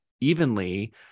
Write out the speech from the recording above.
evenly